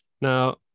now